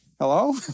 hello